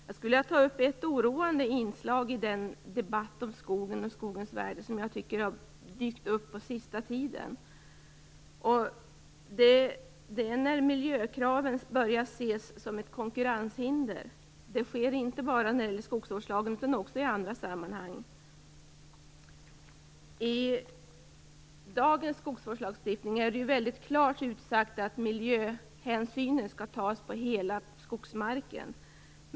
Jag skulle vilja ta upp ett oroande inslag i den debatt om skogen och skogens värden som har dykt upp på sista tiden. Det är när miljökraven börjar ses som ett konkurrenshinder. Det sker inte bara när det gäller skogsvårdslagen utan också i andra sammanhang. I dagens skogsvårdslagstiftning är det klart utsagt att miljöhänsynen skall tas på hela skogsmarken.